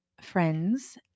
friends